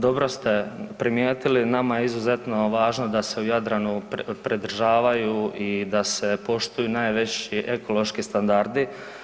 Dobro ste primijetili nama je izuzetno važno da se u Jadranu pridržavaju i da se poštuju najveći ekološki standardi.